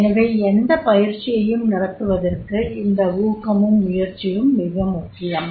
எனவே எந்தப் பயிற்சியையும் நடத்துவதற்கு இந்த ஊக்கமும் முயற்சியும் மிக முக்கியம்